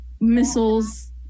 missiles